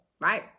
right